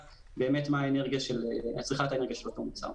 בלי בדיקה מהי צריכת האנרגיה של המוצר.